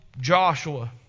Joshua